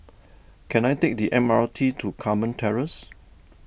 can I take the M R T to Carmen Terrace